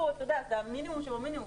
זה המינימום שבמינימום.